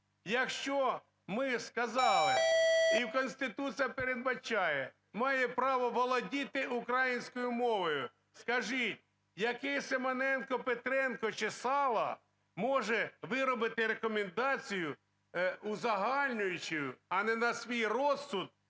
Якщо ми сказали, і Конституція передбачає, має право володіти українською мовою. Скажіть, який Симоненко, Петренко чи… може виробити рекомендацію узагальнюючу, а не на свій розсуд,